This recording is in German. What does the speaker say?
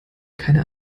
keine